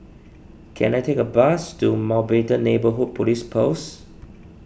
can I take a bus to Mountbatten Neighbourhood Police Post